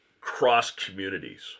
cross-communities